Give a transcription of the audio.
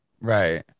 Right